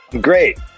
great